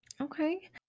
Okay